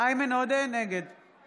איימן עודה, נגד חוה